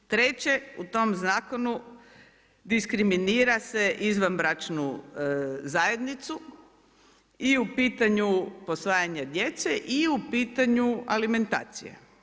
Treće u tom zakonu, diskriminira se izvanbračnu zajednicu i u pitanju posvajanju djece i u pitanju alimentacije.